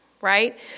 Right